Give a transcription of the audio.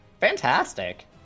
Fantastic